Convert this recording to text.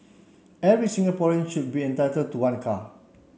every Singaporean should be entitled to one car